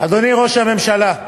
אדוני ראש הממשלה,